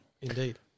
Indeed